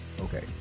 Okay